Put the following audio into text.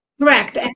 Correct